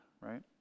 right